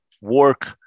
work